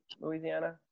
Louisiana